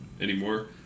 anymore